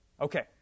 Okay